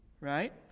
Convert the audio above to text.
right